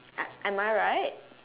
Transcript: am I right